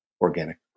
organic